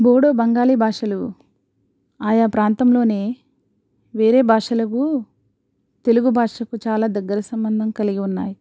మూడు బెంగాలీ భాషలు ఆయా ప్రాంతంలోనే వేరే భాషలకు తెలుగు భాషకు చాలా దగ్గర సంబంధం కలిగి ఉన్నాయి